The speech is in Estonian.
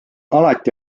alati